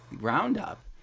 Roundup